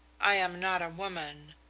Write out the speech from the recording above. i am not a woman.